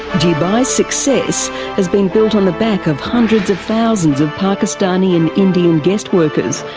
dubai's success has been built on the back of hundreds of thousands of pakistani and indian guest workers,